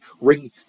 ring